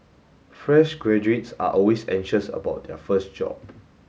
fresh graduates are always anxious about their first job